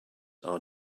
are